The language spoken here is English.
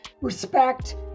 respect